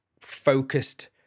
focused